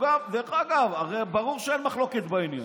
דרך אגב, הרי ברור שאין מחלוקת בעניין.